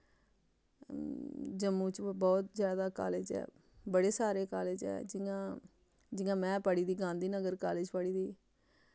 जम्मू च बौह्त जैदा कालज ऐ बड़े सारे कालज ऐ जि'यां जि'यां मैं पढ़ी दी गांधी नगर कालज थमां पढ़ी दी